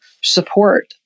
support